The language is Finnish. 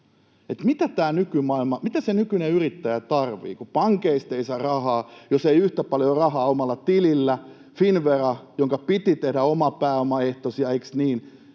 se nykyinen yrittäjä tarvitsee, kun pankeista ei saa rahaa, jos ei ole yhtä paljon rahaa omalla tilillä, kun Finnvera, jonka piti tehdä oma pääoma -ehtoisia, eikö niin...